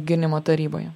gynimo taryboje